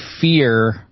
fear